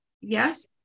Yes